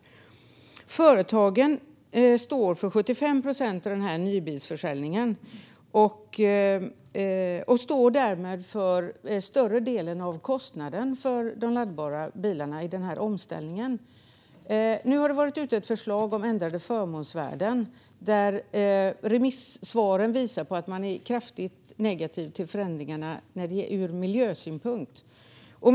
Företagen står för 75 procent av nybilsförsäljningen och står därmed för större delen av kostnaden för de laddbara bilarna i omställningen. Nu har ett förslag om ändrade förmånsvärden varit ute på remiss, och remissvaren visar att man är kraftigt negativ till förändringarna ur miljösynpunkt.